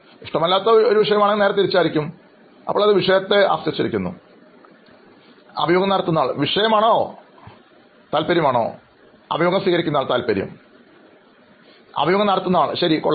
ഇഷ്ടമല്ലാത്ത ഒരു വിഷയം ആണെങ്കിൽ നേരെ തിരിച്ചായിരിക്കും അപ്പോൾ ഇത് വിഷയത്തെ ആശ്രയിച്ചിരിക്കുന്നു അഭിമുഖം നടത്തുന്നയാൾ വിഷയമാണോ താൽപര്യം ആണോ അഭിമുഖം സ്വീകരിക്കുന്നയാൾ താല്പര്യം അഭിമുഖം നടത്തുന്നയാൾ ശരി കൊള്ളാം